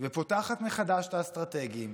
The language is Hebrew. ופותחת מחדש את האסטרטגיים.